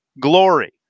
glory